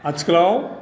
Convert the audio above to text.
आथिखालाव